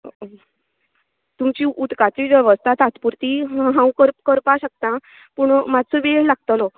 तुमची उदकाची वेवस्था तात्पूर्ती हांव करपाक शकता पूण मात्सो वेळ लागतलो